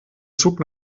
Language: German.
zug